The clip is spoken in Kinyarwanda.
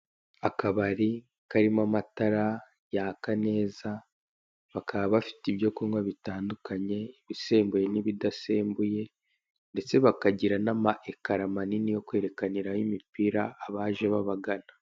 Akabari karimo amatara yaka neza bakaba bafite ibyo kunywa bitandukanye ibisembuye n'ibidasembuye ndetse bakagira namaekara manini yo kwerekaniraho imipira abaje babagana.